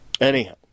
Anyhow